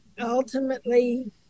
ultimately